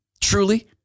Truly